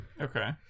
okay